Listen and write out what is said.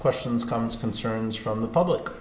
questions comes concerns from the public